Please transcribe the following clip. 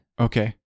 Okay